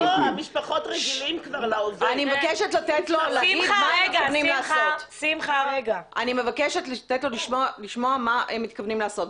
אני מבקשת לשמוע מה הם מתכוונים לעשות.